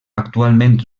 actualment